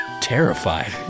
Terrified